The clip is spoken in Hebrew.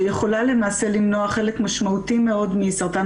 שיכולה למעשה למנוע חלק משמעותי מאוד מסרטן